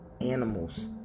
animals